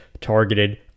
targeted